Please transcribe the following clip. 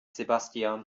sebastian